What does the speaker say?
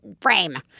frame